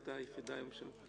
שאנחנו כבר לקראת הסוף.